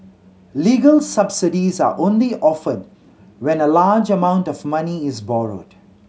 legal subsidies are only offered when a large amount of money is borrowed